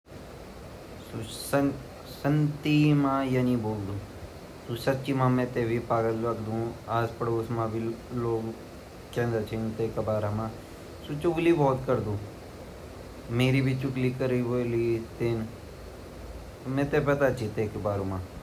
पडोसी ता योक तरफ से मतलब बदनाम छिन आजकल इन नी ची आगर वेन ब्वॉयल भी वोलु मि पागल ची या कुछ ची ता वैसे मै पागल ता नी वे जान ता क्या बवाल वोल होलु उन पडोसी ता इनि ची की मेरा बारा मा कुछ बुरा ब्वाला कुछ अच्छा ब्वाला ता आप भी ता वेगा बारे मा बुराई कन लगया छिन ता आपसे बड़ा पागल कैन वोन्ड़ ता इनी उ भी छिन।